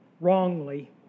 wrongly